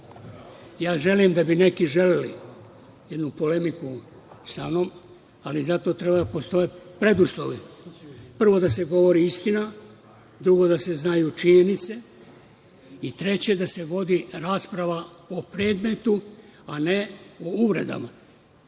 Ja mislim da bi neki želeli jednu polemiku sa mnom, ali za to treba da postoje preduslovi. Prvo, da se govori istina. Drugo, da se znaju činjenice. Treće, da se vodi rasprava o predmetu, a ne o uvredama. Pošto